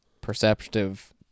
perceptive